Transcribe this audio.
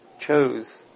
chose